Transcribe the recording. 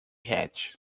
hatch